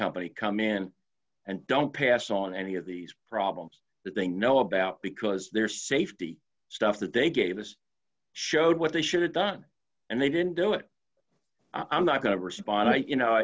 company come in and don't pass on any of these problems that they know about because their safety stuff that they gave us showed what they should have done and they didn't do it i'm not going to respond i you know